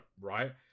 right